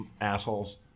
assholes